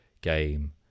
game